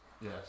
yes